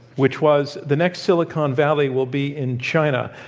which was, the next silicon valley will be in china,